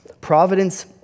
providence